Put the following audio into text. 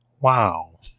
Wow